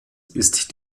ist